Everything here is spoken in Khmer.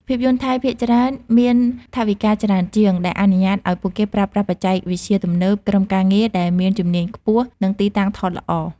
ភាពយន្តថៃភាគច្រើនមានថវិកាច្រើនជាង ដែលអនុញ្ញាតឲ្យពួកគេប្រើប្រាស់ បច្ចេកវិទ្យាទំនើប ក្រុមការងារដែលមានជំនាញខ្ពស់ និងទីតាំងថតល្អ។